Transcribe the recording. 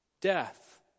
Death